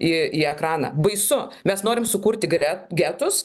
į ekraną baisu mes norim sukurti gre getus